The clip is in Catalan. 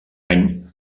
any